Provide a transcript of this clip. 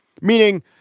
meaning